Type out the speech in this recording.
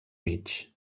mig